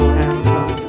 handsome